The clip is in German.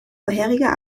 vorheriger